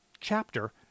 chapter